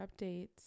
updates